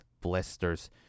blisters